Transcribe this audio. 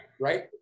Right